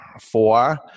Four